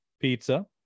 Pizza